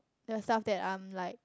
there are stuff that I'm like